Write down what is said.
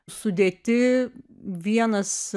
sudėti vienas